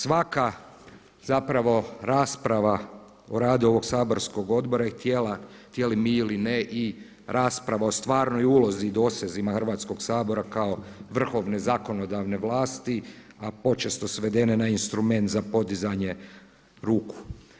Svaka zapravo rasprava o radu ovog saborskog odbora i tijela htjeli mi ili ne i rasprava o stvarnoj ulozi i dosezima Hrvatskog sabora kao vrhovne zakonodavne vlasti, a počesto svedene na instrument za podizanje ruku.